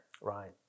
right